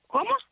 ¿Cómo